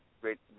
great